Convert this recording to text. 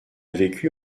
vécu